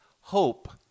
hope